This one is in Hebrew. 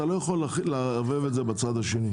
אתה לא יכול לערבב את זה בצד השני.